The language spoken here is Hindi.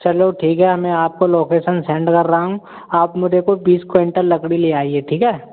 चलो ठीक है मैं आपको लोकेसन सेंड कर रहा हूँ आप मुझे को बीस क्विंटल लकड़ी ले आइए ठीक है